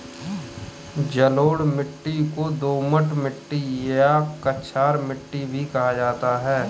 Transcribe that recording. जलोढ़ मिट्टी को दोमट मिट्टी या कछार मिट्टी भी कहा जाता है